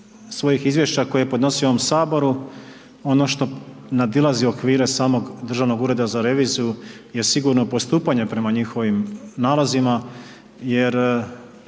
svojih izvješća koje je podnosio u ovom Saboru. Ono što nadilazi okvire samog Državnog ureda za reviziju jer sigurno postupanje prema njihovim nalazima jer